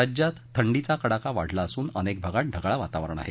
राज्यात थंडीचा कडाका वाढला असुन अनेक भागात ढगाळ वातावरण आहे